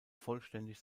vollständig